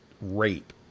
rape